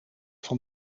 van